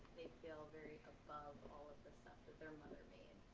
they feel very above all of the stuff that their mother made.